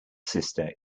sister